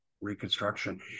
reconstruction